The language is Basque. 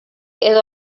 edo